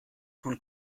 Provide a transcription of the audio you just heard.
von